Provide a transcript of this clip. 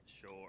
sure